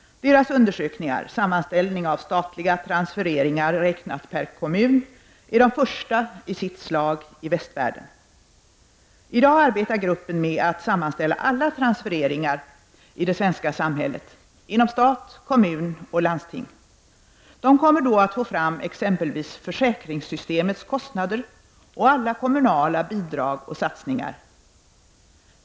Deras undersökningar är de första i sitt slag i västvärlden. I dag arbetar gruppen med att sammanställa alla transfereringar i det svenska samhället — inom stat, kommun och landsting. De kommer då att få fram exempelvis försäkringssystemets kostnader och alla kommunala bidrag och satsningar.